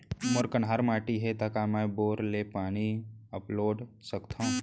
मोर कन्हार माटी हे, त का मैं बोर ले पानी अपलोड सकथव?